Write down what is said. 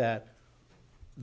that